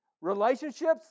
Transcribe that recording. Relationships